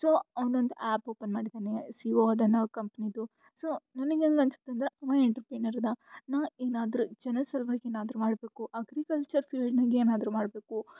so ಅವ್ನ ಒಂದು app open ಮಾಡಿದ್ದಾನೆ ಸಿ ಇ ಒ ಅದನ ಕಂಪ್ನೀದು ಸೊ ನನಿಗೇನು ಅನ್ಸತ್ತೆ ಅಂದ್ರೆ ಅವ ಎಂಟ್ರ್ಪ್ರಿನ್ನರ್ ಇದು ನಾ ಏನಾದ್ರು ಜನರ ಸಲ್ವಾಗಿ ಏನಾದರು ಮಾಡಬೇಕು ಅಗ್ರಿಕಲ್ಚರ್ ಫೀಲ್ಡ್ನಾಗೆ ಏನಾದರು ಮಾಡಬೇಕು